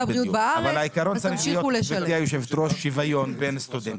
שוויון בין סטודנטים.